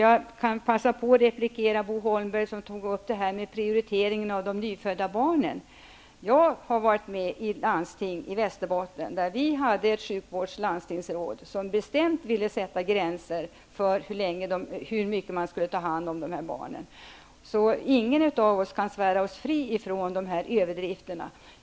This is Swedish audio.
Jag kan passa på att replikera det som Bo Holmberg tog upp om prioriteringen av de nyfödda barnen. Jag har varit med i ett landsting i Västerbotten där det fanns ett sjukvårdslandstingsråd som bestämt ville sätta gränser för hur mycket man skulle ta hand om de här barnen. Ingen av oss kan svära sig fri från dessa överdrifter.